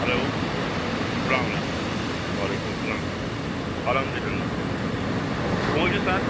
hello سلام علیکُم وعلیکُم السلام الحمدُ اللہ کُم حظ چھُو سر